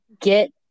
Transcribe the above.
get